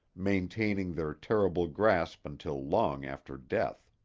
maintaining their terrible grasp until long after death.